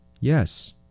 Yes